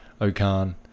Okan